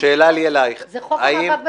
--- אני גם מתעקשת שזה יהיה בחוק המאבק בטרור.